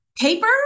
paper